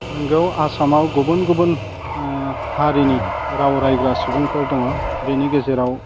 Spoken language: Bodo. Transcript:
नोंगौ आसामाव गुबुन गुबुन हारिनि राव रायग्रा सुबुंफोर दङ बिनि गेजेराव